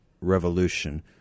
revolution